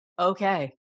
Okay